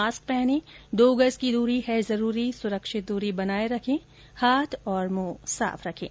mask पहनें दो गज की दूरी है जरूरी सुरक्षित दूरी बनाए रखें हाथ और मुंह साफ रखें